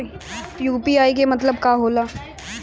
UPI के मतलब का होला?